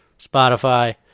Spotify